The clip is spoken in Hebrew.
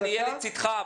נהיה לצדך.